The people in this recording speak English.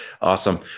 Awesome